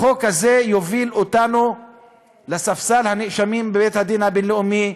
החוק הזה יוביל אותנו לספסל הנאשמים בבית-הדין בהאג.